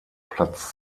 platz